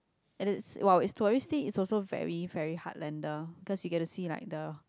as it's while touristy but it's also very very heart lander because you get to see like the